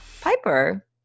Piper